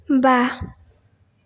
बा